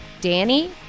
Danny